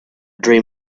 dream